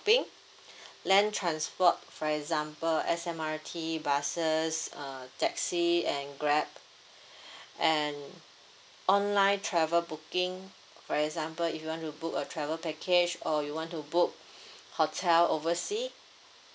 ~ping land transport for example S_M_R_T buses uh taxi and grab and online travel booking for example if you want to book a travel package or you want to book hotel oversea